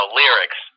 lyrics